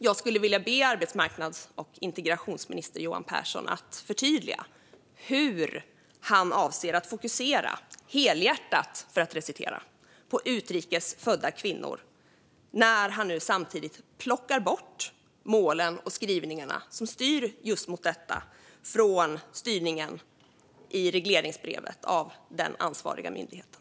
Jag skulle vilja be arbetsmarknads och integrationsminister Johan Pehrson att förtydliga hur han avser att fokusera "helhjärtat" på utrikes födda kvinnor när han samtidigt plockar bort de mål och skrivningar som styr mot just det från regleringsbrevet till den ansvariga myndigheten.